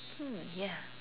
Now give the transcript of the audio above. ah ya